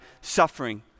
suffering